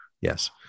Yes